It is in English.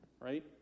right